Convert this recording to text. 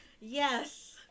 Yes